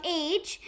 age